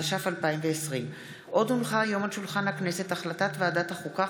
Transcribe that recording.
התש"ף 2020. הצעת ועדת החוקה,